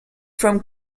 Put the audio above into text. from